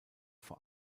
vor